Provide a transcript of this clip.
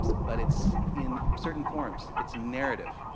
but it's in certain forms. it's narrative.